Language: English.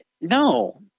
no